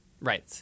Right